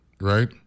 right